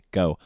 go